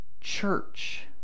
church